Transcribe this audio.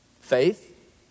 Faith